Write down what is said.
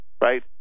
right